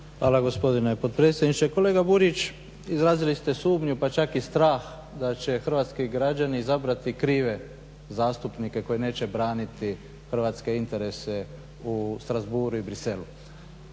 Hvala gospodine potpredsjedniče. Kolega Burić, izrazili ste sumnju pa čak i strah da će hrvatski građani izabrati krive zastupnike koji neće braniti hrvatske interese u Strasbourgu i Bruxellesu.